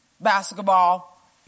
basketball